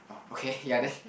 okay ya then